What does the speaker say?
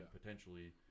potentially